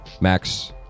Max